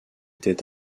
était